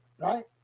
right